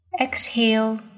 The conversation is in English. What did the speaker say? Exhale